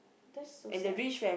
that's so sad